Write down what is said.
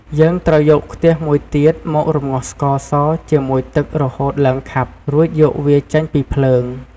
យើងត្រូវយកខ្ទះមួយទៀត មករំងាស់ស្ករសជាមួយទឹករហូតឡើងខាប់ រួចយកវាចេញពីភ្លើង។